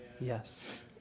Yes